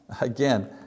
Again